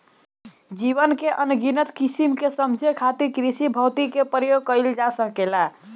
जीवन के अनगिनत किसिम के समझे खातिर कृषिभौतिकी क प्रयोग कइल जा सकेला